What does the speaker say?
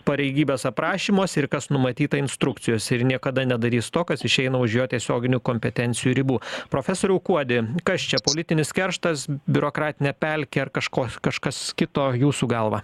pareigybės aprašymuose ir kas numatyta instrukcijose ir niekada nedarys to kas išeina už jo tiesioginių kompetencijų ribų profesoriau kuodį kas čia politinis kerštas biurokratinę pelkė ar kažko kažkas kito jūsų galva